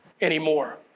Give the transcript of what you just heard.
anymore